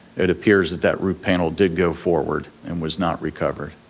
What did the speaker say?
it appears that that root panel did go forward and was not recovered.